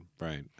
right